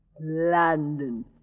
London